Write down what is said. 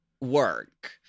work